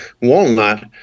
walnut